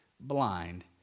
blind